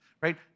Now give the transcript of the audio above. right